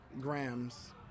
grams